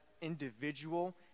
individual